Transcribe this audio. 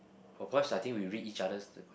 of course I think we read each others